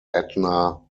edna